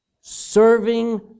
serving